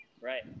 Right